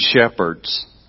shepherds